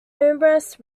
numerous